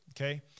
okay